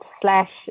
slash